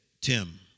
Tim